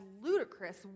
ludicrous